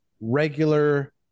regular